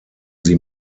sie